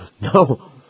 No